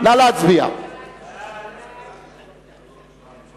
יש לנו את ההסתייגות הראשונה של חברי הכנסת אורית זוארץ,